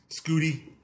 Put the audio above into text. Scooty